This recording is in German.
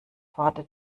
wartet